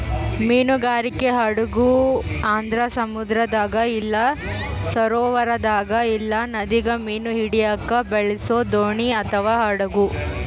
ಮೀನುಗಾರಿಕೆ ಹಡಗು ಅಂದ್ರ ಸಮುದ್ರದಾಗ ಇಲ್ಲ ಸರೋವರದಾಗ ಇಲ್ಲ ನದಿಗ ಮೀನು ಹಿಡಿಯಕ ಬಳಸೊ ದೋಣಿ ಅಥವಾ ಹಡಗು